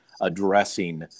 addressing